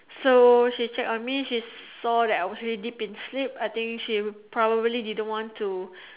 so she check on me she saw that I was already deep in sleep I think she probably didn't want to